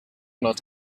not